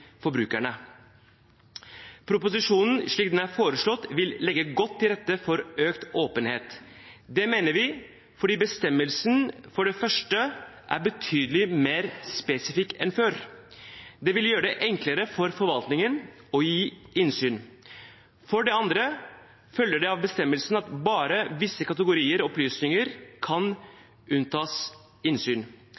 rette for økt åpenhet. Det mener vi fordi bestemmelsen for det første er betydelig mer spesifikk enn før. Det vil gjøre det enklere for forvaltningen å gi innsyn. For det andre følger det av bestemmelsen at bare visse kategorier opplysninger kan